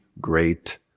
great